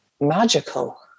magical